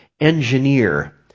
engineer